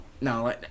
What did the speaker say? No